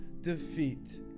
defeat